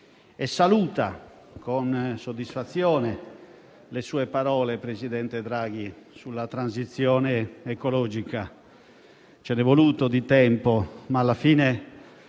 saluta con soddisfazione le parole del presidente Draghi sulla transizione ecologica. Ce n'è voluto di tempo, ma adesso